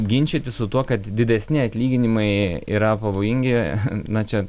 ginčytis su tuo kad didesni atlyginimai yra pavojingi na čia